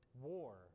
war